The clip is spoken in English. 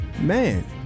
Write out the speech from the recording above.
man